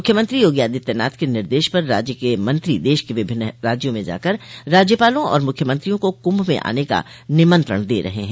मुख्यमंत्री योगी आदित्यनाथ के निर्देश पर राज्य के मंत्री देश के विभिन्न राज्यों में जाकर राज्यपालों और मुख्यमंत्रियों को कुंभ में आने का निमंत्रण दे रहे हैं